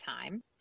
time